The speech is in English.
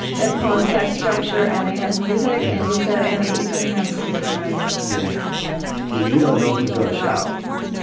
that poems have structure, and they have music, and, you said, and they even have surprises. yeah yeah you don't know who's going to shout.